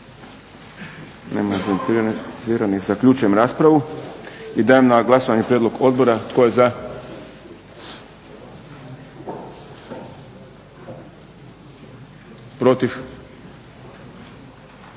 Nema zainteresiranih. Zaključujem raspravu i dajem na glasovanje prijedlog odbora. Tko je za? Protiv?